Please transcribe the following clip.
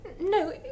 No